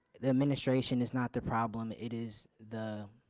the administration is not the problem. it is the